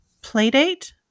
playdate